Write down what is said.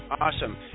awesome